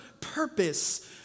purpose